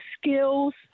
skills